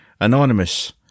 Anonymous